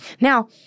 Now